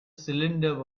cylinder